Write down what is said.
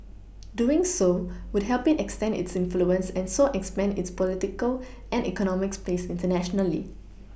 doing so would help it extend its influence and so expand its political and economic space internationally